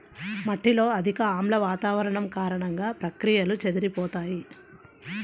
మట్టిలో అధిక ఆమ్ల వాతావరణం కారణంగా, ప్రక్రియలు చెదిరిపోతాయి